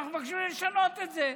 ואנחנו מבקשים לשנות את זה.